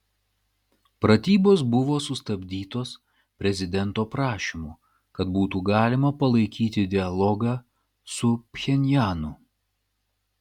pratybos buvo sustabdytos prezidento prašymu kad būtų galima palaikyti dialogą su pchenjanu